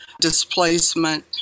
displacement